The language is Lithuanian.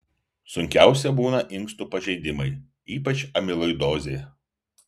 sunkiausi būna inkstų pažeidimai ypač amiloidozė